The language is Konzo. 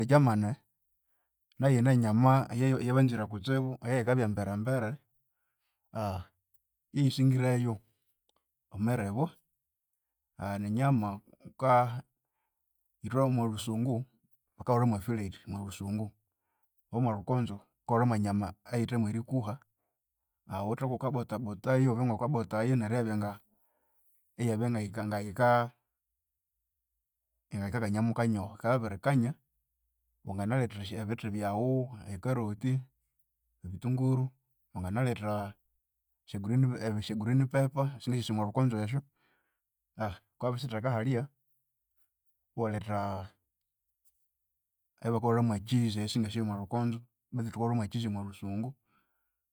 E Germany nayuyine enyama eyabanzire kutsibu eyayikabya embere mbere eyisingireyu emiribu ninyama wuka itha yomwalhusungu bakahulha mwa fillet omwalhusungu obomwalhukonzo bakahulha mwanyama eyithe mwerikuha bakabothabothayu iwabyangawukabothayu neryu iyabya nga iyabya ngayi ngayika gayikakanyamu kanyoho yikabya yabirikanya, wanginaletha ebithi byawu ecarrot, ebithunguru, wanginaletha esya green esyagreen paper singasyasi omwalhukonzo esyo, wukabya wabisitheka halya, iwaletha eyabakahulhamu cheese eyu singasi yomwalhukonzo betu thukahulhamu cheese omwalhusungu.